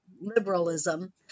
liberalism